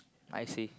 I see